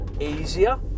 easier